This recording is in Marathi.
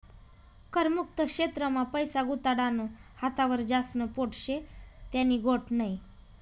कर मुक्त क्षेत्र मा पैसा गुताडानं हातावर ज्यास्न पोट शे त्यानी गोट नै